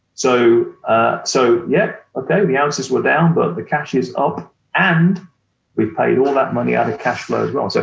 so ah so yeah okay, the ounces were down but the cash is up and we paid all that money out of cash flow as well. so